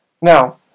Now